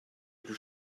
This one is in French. plus